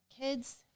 kids